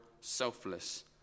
selfless